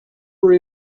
were